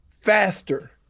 faster